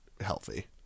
healthy